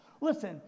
Listen